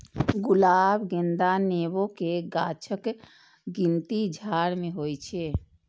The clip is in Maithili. गुलाब, गेंदा, नेबो के गाछक गिनती झाड़ मे होइ छै